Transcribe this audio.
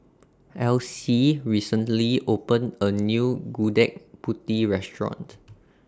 Alcee recently opened A New Gudeg Putih Restaurant